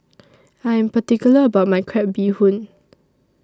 I'm particular about My Crab Bee Hoon